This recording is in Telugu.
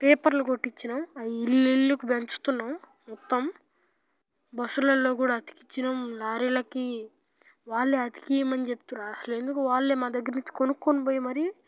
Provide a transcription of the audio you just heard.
పేపర్లు కొట్టించిన్నాం అవి ఇల్లు ఇల్లుకి పంచుతున్నాం మొత్తం బస్సులలో కూడా అతికించినాం లారీలకి వాళ్ళే అతికించమని చెప్తుర్రు అసలు ఎందుకు వాళ్ళు మా దగ్గర నుంచి కొనుకోని పోయి మరీ